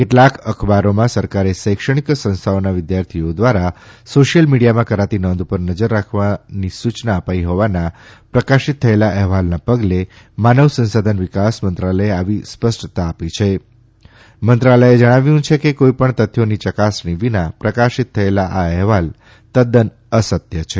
કેટલાંક અખબારોમાં સરકારે શૈક્ષણિક સંસ્થાઓના વિદ્યાર્થીઓ દ્વારા સોશ્યિલ મિડીયામાં કરાતી નોંધ ઉપર નજર રાખવાની સૂયના અપાઇ હોવાના પ્રકાશિત થયેલા અહેવાલના પગલે માનવ સંસાધન વિકાસ મંત્રાલયે આવી સ્પષ્ટતા આપી છે મંત્રાલયે જણાવ્યું છે કે કોઇપણ તથ્યોની ચકાસણી વિના પ્રકાશિત થયેલા આ અહેવાલ તદ્દન અસત્ય છે